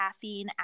caffeine